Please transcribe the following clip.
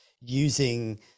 using